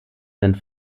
sind